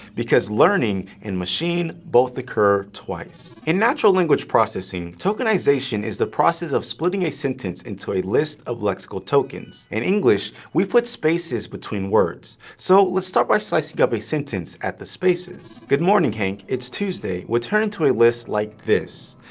because learning and machine both occur twice. in natural language processing, tokenization is the process of splitting a sentence into a list of lexical tokens. in english, we put spaces between words, so let's start by slicing up the sentence at the spaces. good morning hank, it's tuesday. would turn into a list like this.